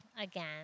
again